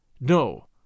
No